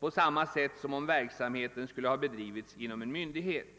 på samma sätt som om verksamheten skulle ha bedrivits genom en myndighet.